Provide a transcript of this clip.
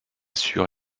sûr